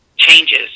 changes